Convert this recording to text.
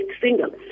single